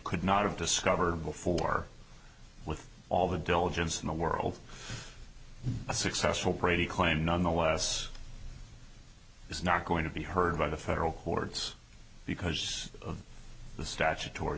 could not have discovered before with all the diligence in the world a successful pretty claim nonetheless is not going to be heard by the federal courts because of the statutory